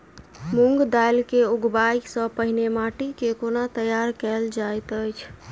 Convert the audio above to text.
मूंग दालि केँ उगबाई सँ पहिने माटि केँ कोना तैयार कैल जाइत अछि?